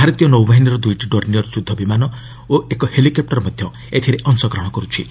ଭାରତୀୟ ନୌବାହିନୀର ଦୁଇଟି ଡୋର୍ଣ୍ଣିୟର୍ ଯ୍ରଦ୍ଧ ବିମାନ ଓ ଏକ ହେଲିକପୁର ମଧ୍ୟ ଏଥିରେ ଅଂଶଗ୍ରହଣ କର୍ତ୍ଥି